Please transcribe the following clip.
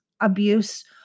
abuse